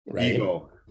Ego